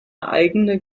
eigene